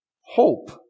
Hope